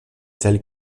telles